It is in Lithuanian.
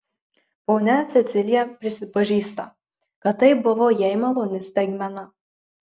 ponia cecilija prisipažįsta kad tai buvo jai maloni staigmena